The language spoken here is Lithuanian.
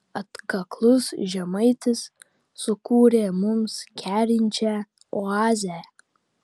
atkaklus žemaitis sukūrė mums kerinčią oazę